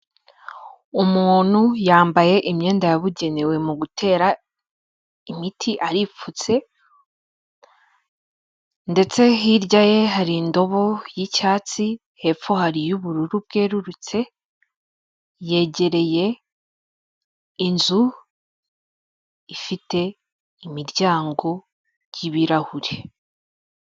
Umuntu yambaye imyenda yabugenewe mu gutera imiti, aripfutse ndetse hirya ye hari indobo y'icyatsi hepfo hari iy'ubururu bwerurutse, yegereye inzu ifite imiryango y'ibirahure.